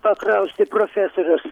paklausti profesorės